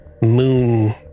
moon